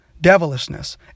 devilishness